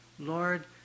Lord